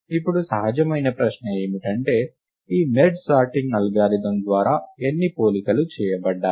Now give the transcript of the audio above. ఇప్పుడు సహజమైన ప్రశ్న ఏమిటంటే ఈ మెర్జ్ సార్టింగ్ అల్గారిథమ్ ద్వారా ఎన్ని పోలికలు చేయబడ్డాయి